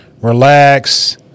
relax